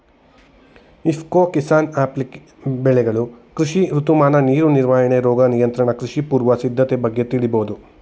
ಇಫ್ಕೊ ಕಿಸಾನ್ಆ್ಯಪ್ಲಿ ಬೆಳೆಗಳು ಕೃಷಿ ಋತುಮಾನ ನೀರು ನಿರ್ವಹಣೆ ರೋಗ ನಿಯಂತ್ರಣ ಕೃಷಿ ಪೂರ್ವ ಸಿದ್ಧತೆ ಬಗ್ಗೆ ತಿಳಿಬೋದು